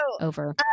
over